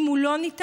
אם הוא לא ניתן,